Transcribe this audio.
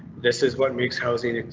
this is what makes housing